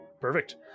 Perfect